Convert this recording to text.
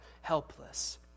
helpless